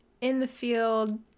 in-the-field